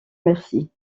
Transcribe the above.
merci